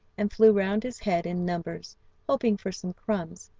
and flew round his head in numbers hoping for some crumbs,